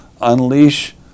unleash